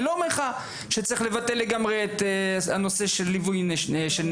אני לא אומר לך שצריך לבטל לגמרי את הנושא של ליווי עם נשק.